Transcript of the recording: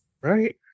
Right